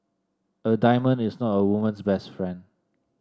a diamond is not a woman's best friend